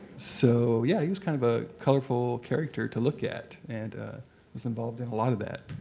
so, yeah, he was kind of a colorful character to look at and was involved in a lot of that.